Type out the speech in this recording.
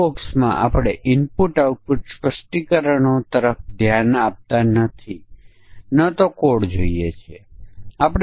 પછી આપણે તેમને દરેકને ઇનપુટ સમકક્ષતા વર્ગ તરીકે ધ્યાનમાં લેવા જોઇયે